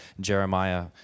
Jeremiah